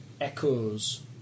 echoes